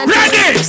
Ready